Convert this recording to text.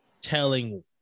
telling